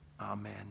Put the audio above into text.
Amen